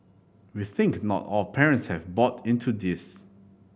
we think not all parents have bought into this